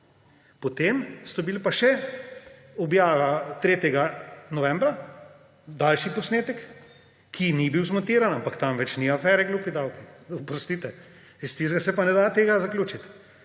Potem so bile pa še objava 3. novembra, daljši posnetek, ki ni bil zmontiran, ampak tam več ni afere »glupi davki«. Oprostite, iz tistega se pa ne da tega zaključiti,